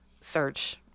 Search